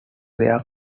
their